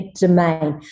domain